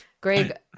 Greg